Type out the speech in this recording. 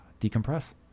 decompress